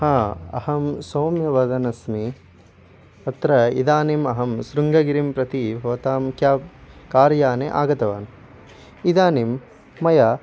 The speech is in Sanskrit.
आ अहं सौम्य वदन् अस्मि अत्र इदानीमहं श्रुङ्गगिरिं प्रति भवतां क्याब् कार्याने अगतवान् इदानीं मया